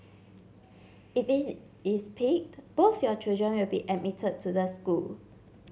if is picked both your children will be admitted to the school